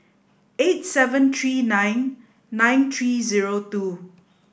eight seven three nine nine three zero two